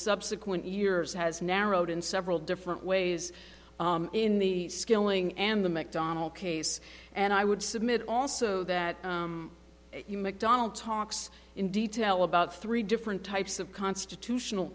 subsequent years has narrowed in several different ways in the skilling and the mcdonnell case and i would submit also that you mcdonald talks in detail about three different types of constitutional